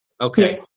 Okay